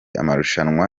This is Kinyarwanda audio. amarushanwa